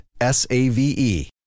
S-A-V-E